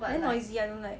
very noisy I don't like